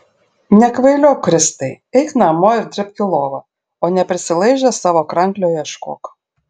nekvailiok kristai eik namo ir dribk į lovą o ne prisilaižęs savo kranklio ieškok